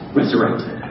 resurrected